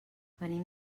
venim